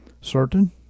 certain